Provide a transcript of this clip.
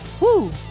Woo